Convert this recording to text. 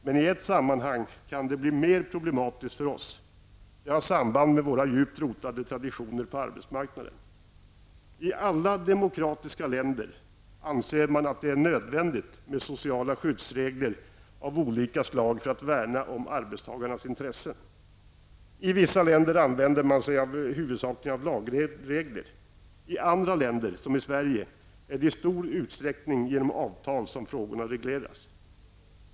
Men i ett sammanhang kan det bli mer problematiskt för oss. Det har samband med våra djupt rotade traditioner på arbetsmarknaden. I alla demokratiska länder anser man att det är nödvändigt med sociala skyddsregler av olika slag för att värna om arbetstagarnas intressen. I vissa länder använder man sig huvudsakligen av lagregler. I andra länder -- som i Sverige -- är det i stor utsträckning genom avtal som frågorna regleras.